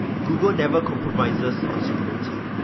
google never compromises on security,